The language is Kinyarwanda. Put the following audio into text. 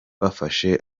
bafashe